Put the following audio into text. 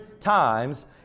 times